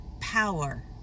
power